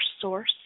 source